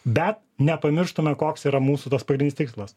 bet nepamirštume koks yra mūsų tas pagrinis tikslas